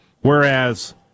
Whereas